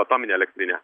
atominę elektrinę